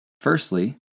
Firstly